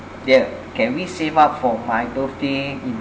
dear can we save up for my birthday